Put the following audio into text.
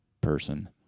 person